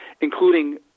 including